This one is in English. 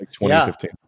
2015